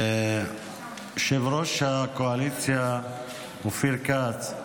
יושב-ראש הקואליציה אופיר כץ,